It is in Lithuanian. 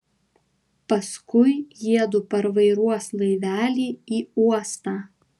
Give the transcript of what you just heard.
paskui jiedu parvairuos laivelį į uostą